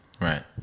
Right